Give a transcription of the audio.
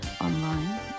online